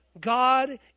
God